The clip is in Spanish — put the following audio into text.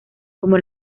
como